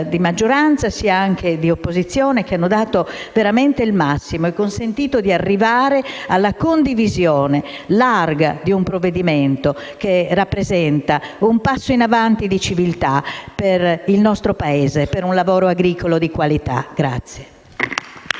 di maggioranza che di opposizione, che hanno dato veramente il massimo e hanno consentito di arrivare alla condivisione larga di un provvedimento che rappresenta un passo in avanti di civiltà per il nostro Paese e per un lavoro agricolo di qualità.